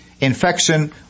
Infection